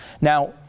Now